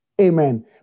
Amen